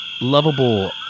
lovable